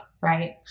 Right